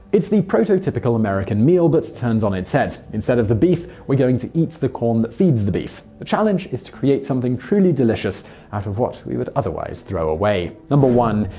it's the prototypical american meal but turned on its head. instead of the beef, we're going to eat the corn that feeds the beef. the challenge is to create something truly delicious out of what we would otherwise throw away. but one.